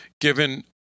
given